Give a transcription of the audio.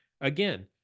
Again